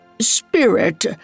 Spirit